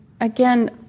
again